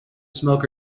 smoke